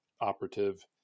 operative